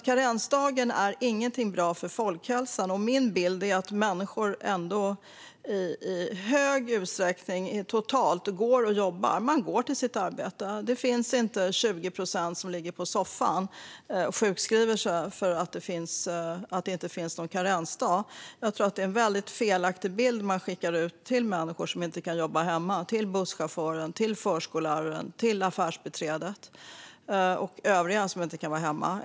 Karensdagen är alltså ingenting som är bra för folkhälsan. Och min bild är att människor ändå i stor utsträckning går och jobbar. De går till sitt arbete. Det är inte 20 procent som ligger på soffan och är sjukskrivna för att det inte finns någon karensdag. Jag tror att det är en väldigt felaktig bild som man skickar ut till människor som inte kan jobba hemma - till busschauffören, till förskolläraren, till affärsbiträdet och till övriga som inte kan vara hemma.